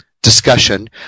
discussion